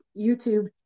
YouTube